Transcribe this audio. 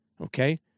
okay